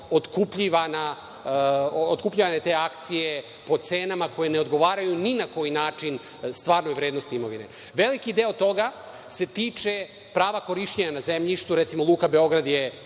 otkupljivane te akcije po cenama koje ne odgovaraju ni na koji način stvarnoj vrednosti imovine. Veliki deo toga se tiče prava korišćenja na zemljištu. Recimo „Luka Beograd“ je